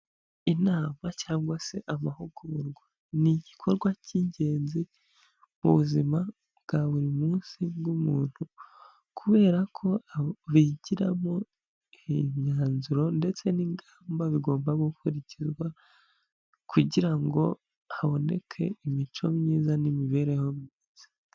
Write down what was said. Inama cyangwa se amahugurwa ni igikorwa cy'ingenzi mu buzima bwa buri munsi bw'umuntu, kubera ko abigiramo imyanzuro ndetse n'ingamba bigomba gukurikizwa kugira ngo haboneke imico myiza n'imibereho myiza.